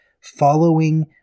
following